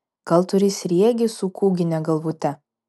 gal turi sriegį su kūgine galvute